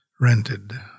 rented